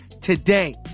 today